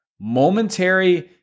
momentary